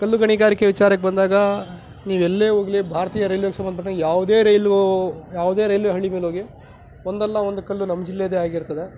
ಕಲ್ಲು ಗಣಿಗಾರಿಕೆ ವಿಚಾರಕ್ಕೆ ಬಂದಾಗ ನೀವೆಲ್ಲೇ ಹೋಗಲಿ ಭಾರತೀಯ ರೈಲ್ವೆಗೆ ಸಂಬಂಧಪಟ್ಟಂಗೆ ಯಾವುದೇ ರೈಲು ಯಾವುದೇ ರೈಲ್ವೆ ಹಳಿ ಮೇಲೆ ಹೋಗಿ ಒಂದಲ್ಲ ಒಂದು ಕಲ್ಲು ನಮ್ಮ ಜಿಲ್ಲೆಯದೇ ಆಗಿರ್ತದೆ